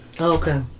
Okay